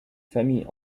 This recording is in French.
famille